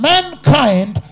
Mankind